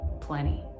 plenty